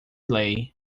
lei